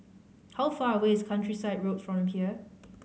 how far away is Countryside Road from here